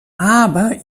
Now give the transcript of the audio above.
aber